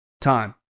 time